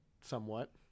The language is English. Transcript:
somewhat